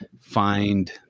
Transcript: find